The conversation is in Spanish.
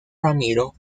ramiro